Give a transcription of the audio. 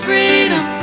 freedom